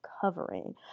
covering